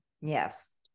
Yes